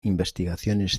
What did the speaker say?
investigaciones